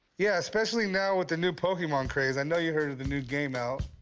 yeah, especially now with the new pokemon craze. i know you heard of the new game out.